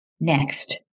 Next